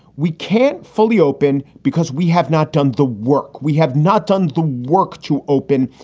we can't fully open because we have not done the work. we have not done the work to open.